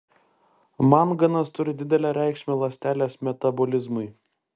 manganas turi didelę reikšmę ląstelės metabolizmui